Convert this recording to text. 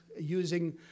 using